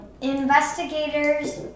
Investigators